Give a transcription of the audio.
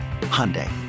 Hyundai